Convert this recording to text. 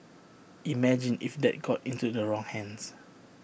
imagine if that got into the wrong hands